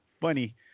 funny